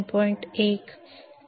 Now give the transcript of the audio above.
2 3